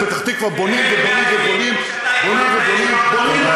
בפתח-תקווה בונים ובונים ובונים, בונים לגובה.